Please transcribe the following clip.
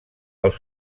els